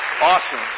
Awesome